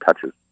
touches